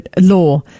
law